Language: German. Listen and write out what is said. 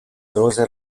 große